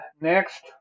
next